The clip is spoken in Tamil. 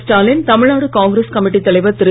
ஸ்டாலின் தமிழ்நாடு காங்கிரஸ் கமிட்டி தலைவர் திரு